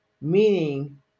meaning